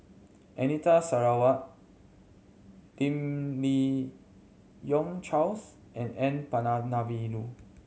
Anita Sarawak Lim Yi Yong Charles and N Palanivelu